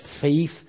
faith